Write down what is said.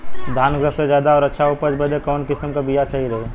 धान क सबसे ज्यादा और अच्छा उपज बदे कवन किसीम क बिया सही रही?